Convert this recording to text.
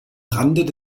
rand